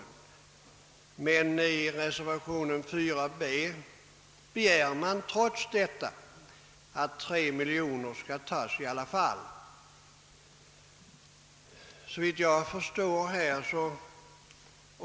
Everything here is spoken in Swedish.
Ireservation 4b begäres emellertid trots detta att 3 miljoner kronor skall disponeras ur fonden för sådant ändamål.